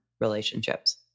relationships